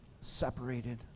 separated